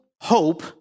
hope